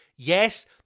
Yes